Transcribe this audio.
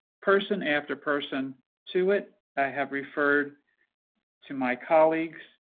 person after person to it. i have referred to my colleagues,